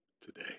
today